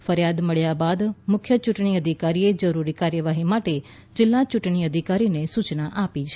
ફરિયાદ મળ્યા બાદ મુખ્ય ચૂંટણી અધિકારીએ જરૂરી કાર્યવાહી માટે જિલ્લા ચૂંટણી અધિકારીને સુચના આપી છે